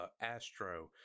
Astro